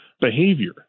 behavior